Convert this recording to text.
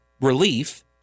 relief